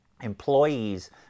employees